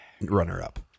runner-up